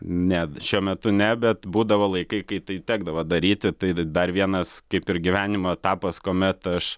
ne šiuo metu ne bet būdavo laikai kai tai tekdavo daryti tai dar vienas kaip ir gyvenimo etapas kuomet aš